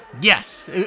Yes